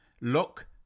look